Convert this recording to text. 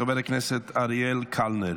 של חבר הכנסת אריאל קלנר.